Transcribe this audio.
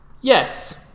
Yes